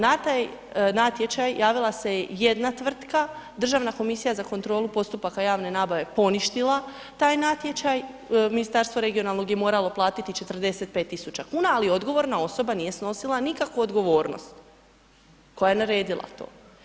Na taj natječaj javila se jedna tvrtka, Državna komisija za kontrolu postupaka javne nabave je poništila taj natječaj, Ministarstvo regionalnog je moralo platiti 45.000 kuna, ali odgovorna osoba nije snosila nikakvu odgovornost koja je naredila to.